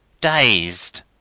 dazed